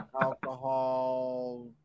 alcohol